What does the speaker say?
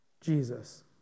Jesus